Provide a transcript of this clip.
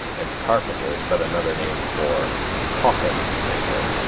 and carpenter is but another name for coffin-maker.